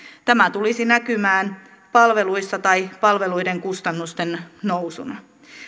tämä tulisi näkymään palveluissa tai palveluiden kustannusten nousuna